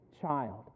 child